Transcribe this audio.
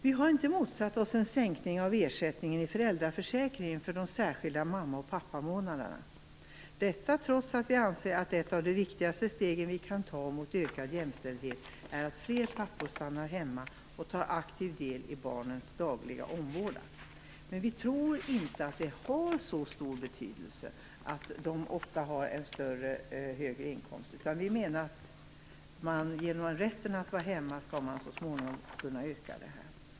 Vi har inte motsatt oss en sänkning av ersättningen i föräldraförsäkringen för de särskilda mamma och pappamånaderna, detta trots att vi anser att ett av de viktigaste stegen mot ökad jämställdhet är att fler pappor stannar hemma och tar aktiv del i barnens dagliga omvårdnad. Men vi tror inte att det har så stor betydelse att de ofta har en högre inkomst, utan vi menar att rätten att vara hemma så småningom skall göra att pappaledigheten ökar i omfattning.